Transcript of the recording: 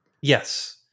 Yes